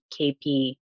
KP